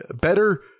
better